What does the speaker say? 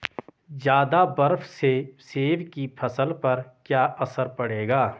ज़्यादा बर्फ से सेब की फसल पर क्या असर पड़ेगा?